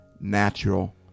natural